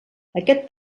aquest